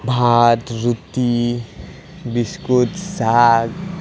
ভাত ৰুটি বিস্কুট চাহ